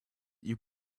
you